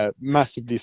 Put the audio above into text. massively